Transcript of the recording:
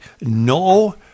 no